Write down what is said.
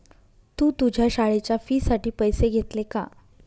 तू तुझ्या शाळेच्या फी साठी पैसे घेतले का?